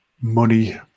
money